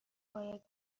باید